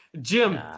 Jim